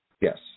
Yes